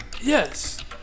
Yes